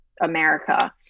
America